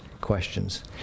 questions